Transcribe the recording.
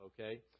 okay